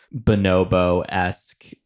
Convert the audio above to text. Bonobo-esque